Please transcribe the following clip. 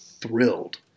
thrilled